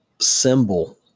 symbol